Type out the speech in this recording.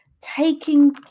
taking